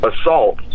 assault